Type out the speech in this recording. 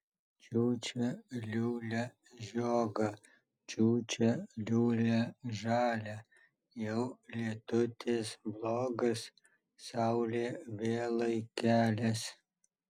čiūčia liūlia žiogą čiūčia liūlia žalią jau lietutis blogas saulė vėlai kelias